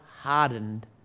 hardened